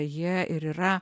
jie ir yra